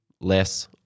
less